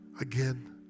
Again